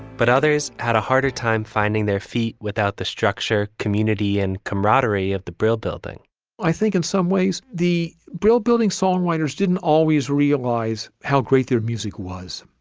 but others had a harder time finding their feet without the structure, community and camaraderie of the brill building i think in some ways the brill building songwriters didn't always realize how great their music was.